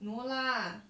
no lah